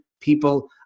people